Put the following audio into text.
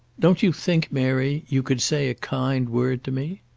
don't you think, mary, you could say a kind word to me?